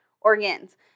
organs